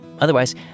Otherwise